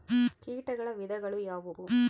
ಕೇಟಗಳ ವಿಧಗಳು ಯಾವುವು?